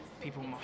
people